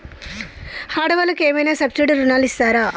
ఆడ వాళ్ళకు ఏమైనా సబ్సిడీ రుణాలు ఇస్తారా?